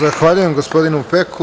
Zahvaljujem, gospodinu Peku.